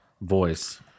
voice